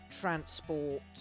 transport